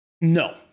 no